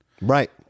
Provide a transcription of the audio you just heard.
Right